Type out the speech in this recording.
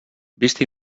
vist